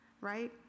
right